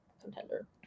contender